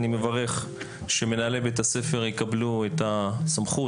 ואני מברך על כך שמנהלי בתי הספר יקבלו את הסמכות.